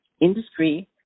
Industry